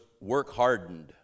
work-hardened